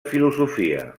filosofia